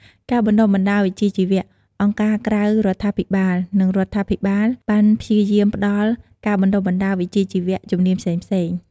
ការបណ្ដុះបណ្ដាលវិជ្ជាជីវៈ អង្គការក្រៅរដ្ឋាភិបាល និងរដ្ឋាភិបាលបានព្យាយាមផ្ដល់ ការបណ្ដុះបណ្ដាលវិជ្ជាជីវៈ ជំនាញផ្សេងៗ។